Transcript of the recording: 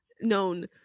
known